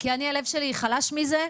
כי אני הלב שלי חלש מזה,